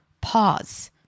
pause